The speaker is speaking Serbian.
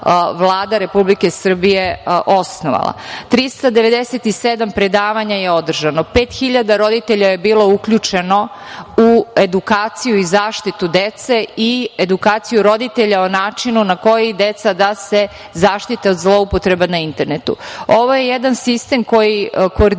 Vlada Republike Srbije osnovala. Održano je 397 predavanja, 5.000 roditelja je bilo uključeno u edukaciju i zaštitu dece i edukaciju roditelja o načinu na koji deca da se zaštite od zloupotreba na internetu. Ovo je jedan sistem koji koordinira